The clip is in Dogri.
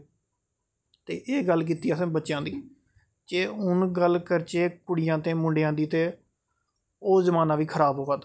ते एह् गल्ल कीती असें बच्चेआं दी जे हून गल्ल करचै कुड़ियां ते मुंडेआ दी ते ओह् जमान्ना बी खराब होआ दा